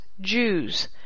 Jews